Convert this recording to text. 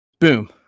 Boom